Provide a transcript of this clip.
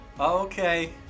okay